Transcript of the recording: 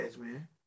man